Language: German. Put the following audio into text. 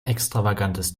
extravagantes